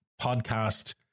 podcast